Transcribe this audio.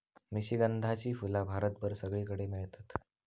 निशिगंधाची फुला भारतभर सगळीकडे मेळतत